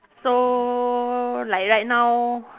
so like right now